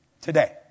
Today